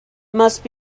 must